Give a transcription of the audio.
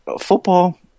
football